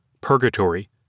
purgatory